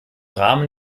rahmen